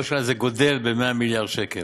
זה גדל ב-100 מיליארד שקל.